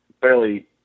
fairly